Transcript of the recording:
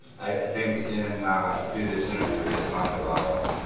i think in a previous interview we had talked about